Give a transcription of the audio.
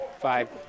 five